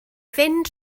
fynd